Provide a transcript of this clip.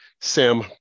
Sam